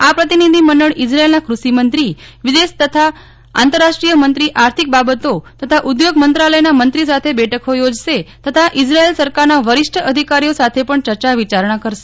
આ પ્રતિનિધિમંડળ ઇઝરાયલના ક્રષિમંત્રી વિદેશ તથા આંતરરાષ્ટ્રીય મંત્રી આર્થિક બાબતો તથા ઉદ્યોગ મંત્રાલયના મંત્રી સાથે બેઠકો યોજશે તથા ઇઝરાયલ સરકારના વરિષ્ઠ અધિકારીઓ સાથે પણ ચર્ચા વિચારણા કરશે